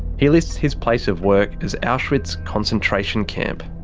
he lists his place of work as auschwitz concentration camp.